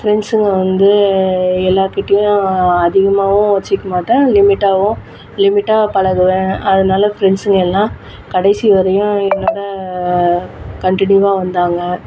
பிரண்ட்ஸுங்க வந்து எல்லோர்கிட்டயும் அதிகமாவும் வைச்சிக்கமாட்டேன் லிமிட்டாவும் லிமிட்டாக பழகுவேன் அதனால பிரண்ட்ஸுங்க எல்லாம் கடைசி வரையும் என்னோட கன்டினியூவாக வந்தாங்க